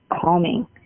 calming